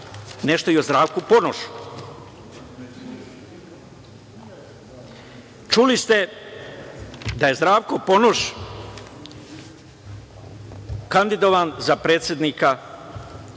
nešto i o Zdravku Ponošu. Čuli ste da je Zdravko Ponoš kandidovan za predsednika Republike